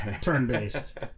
turn-based